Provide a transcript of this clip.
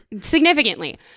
significantly